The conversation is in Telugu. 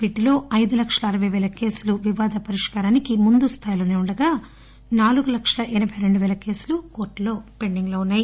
వీటిలో ఐదు లక్షల అరపై పేల కేసులు వివాద పరిష్కారానికి ముందు స్థాయిలో ఉండగా నాలుగు లక్షల ఎనబై రెండు పేల కేసులు కోర్టుల్లో పెండింగ్లో ఉన్నాయి